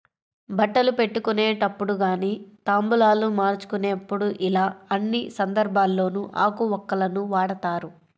బట్టలు పెట్టుకునేటప్పుడు గానీ తాంబూలాలు మార్చుకునేప్పుడు యిలా అన్ని సందర్భాల్లోనూ ఆకు వక్కలను వాడతారు